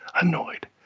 annoyed